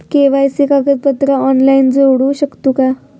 KYC कागदपत्रा online जोडू शकतू का?